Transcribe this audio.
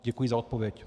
Děkuji za odpověď.